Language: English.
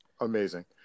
Amazing